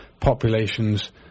population's